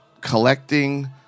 collecting